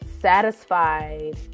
satisfied